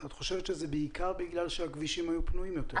את חושבת שזה בעיקר בגלל שהכבישים היו פנויים יותר?